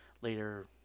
later